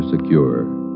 secure